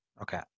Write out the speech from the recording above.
Okay